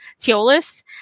Teolis